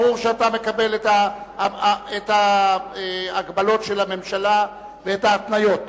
ברור שאתה מקבל את ההגבלות של הממשלה ואת ההתניות?